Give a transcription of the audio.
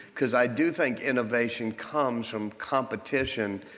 because i do think innovation comes from competition